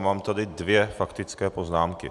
Mám tady dvě faktické poznámky.